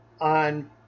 on